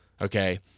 Okay